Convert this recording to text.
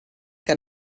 que